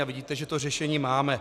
Vidíte, že to řešení máme.